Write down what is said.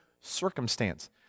circumstance